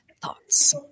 thoughts